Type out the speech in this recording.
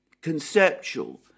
conceptual